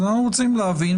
אז אנחנו רוצים להבין,